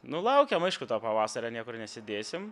nu laukiam aišku to pavasario niekur nesidėsim